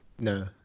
No